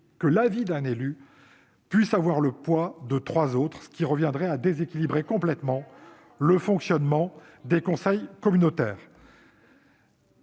que l'avis d'un élu puisse avoir le poids de celui de trois autres ; cela reviendrait à déséquilibrer complètement le fonctionnement des conseils communautaires.